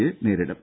യെ നേരിടും